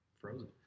frozen